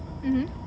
mmhmm